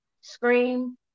Scream